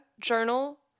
journal